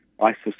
ISIS